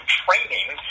training